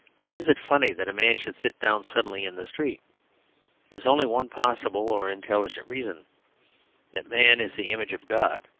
why is it funny that a man should sit down suddenly in the street? there is only one possible or intelligent reason that man is the image of god.